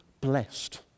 blessed